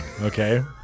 okay